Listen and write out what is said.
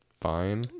fine